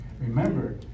Remember